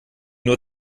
nur